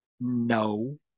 No